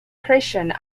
christian